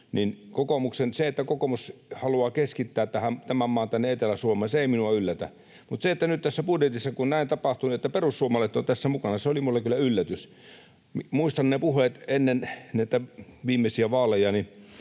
Se, että kokoomus haluaa keskittää tämän maan tänne Etelä-Suomeen, ei minua yllätä, mutta se, että nyt tässä budjetissa on näin tapahtunut, että perussuomalaiset ovat tässä mukana, oli minulle kyllä yllätys. Muistan ne puheet ennen viimeisimpiä